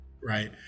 right